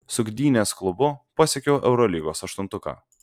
su gdynės klubu pasiekiau eurolygos aštuntuką